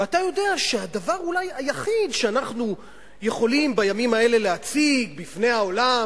ואתה יודע שהדבר אולי היחיד שאנחנו יכולים בימים האלה להציג בפני העולם,